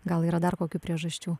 gal yra dar kokių priežasčių